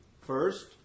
first